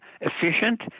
efficient